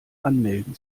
anmelden